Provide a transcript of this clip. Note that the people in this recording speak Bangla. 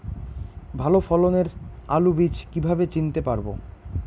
ভালো ফলনের আলু বীজ কীভাবে চিনতে পারবো?